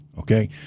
Okay